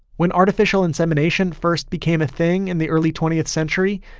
when artificial insemination first became a thing in the early twentieth century,